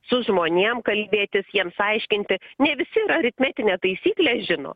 su žmonėm kalbėtis jiems aiškinti ne visi ir aritmetinę taisyklę žino